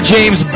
James